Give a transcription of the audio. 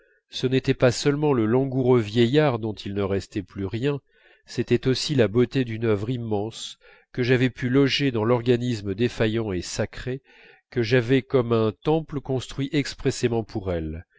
ce n'était pas seulement le langoureux vieillard dont il ne restait plus rien c'était aussi la beauté d'une œuvre immense que j'avais pu loger dans l'organisme défaillant et sacré que j'avais comme un temple construit expressément pour elle